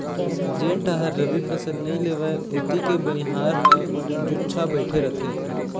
जेन डाहर रबी फसल नइ लेवय ओती के बनिहार ह जुच्छा बइठे रहिथे